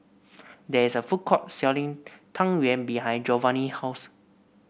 there is a food court selling Tang Yuen behind Jovanny's house